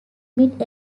mid